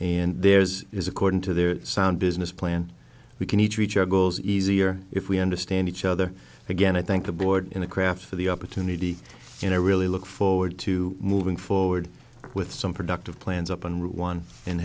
and there is is according to their sound business plan we can each reach our goals easier if we understand each other again i think the board in the craft for the opportunity you know i really look forward to moving forward with some productive plans up and one and